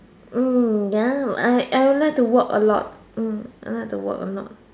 hmm ya I I would like to walk a lot hmm I like to walk a lot